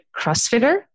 crossfitter